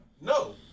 No